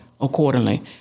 accordingly